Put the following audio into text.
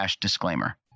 disclaimer